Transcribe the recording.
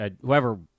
Whoever